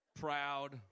Proud